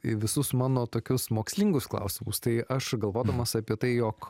į visus mano tokius mokslingus klausimus tai aš galvodamas apie tai jog